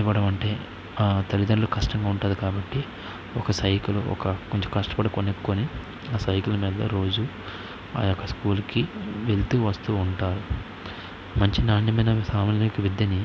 ఇవ్వడమంటే తల్లిదండ్రులకి కష్టంగా ఉంటుంది కాబట్టి ఒక సైకిల్ కొంచెం కష్టపడి కొనుక్కొని ఆ సైకిల్ మీద రోజు ఆయొక్క స్కూలుకి వెళుతూ వస్తూ ఉంటారు మంచి నాణ్యమైన సామాన్యక విద్యని